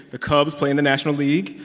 the cubs play in the national league.